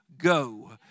go